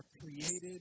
created